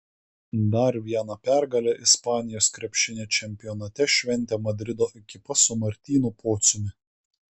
dar vieną pergalę ispanijos krepšinio čempionate šventė madrido ekipa su martynu pociumi